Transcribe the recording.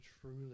truly